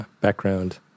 background